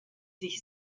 sich